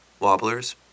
wobblers